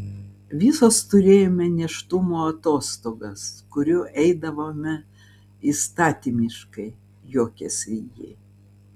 visos turėjome nėštumo atostogas kurių eidavome įstatymiškai juokėsi ji